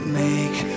make